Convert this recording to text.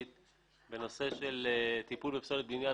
על ענישה לא אפקטיבית בנושא של טיפול בפסולת בניין,